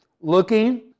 looking